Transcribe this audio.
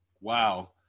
wow –